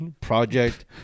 Project